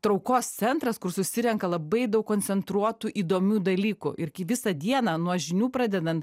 traukos centras kur susirenka labai daug koncentruotų įdomių dalykų ir kai visą dieną nuo žinių pradedant